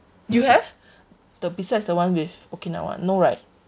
you have the besides the [one] with okinawa no right